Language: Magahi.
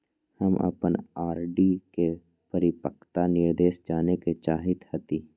हम अपन आर.डी के परिपक्वता निर्देश जाने के चाहईत हती